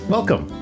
Welcome